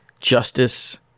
Justice